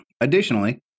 Additionally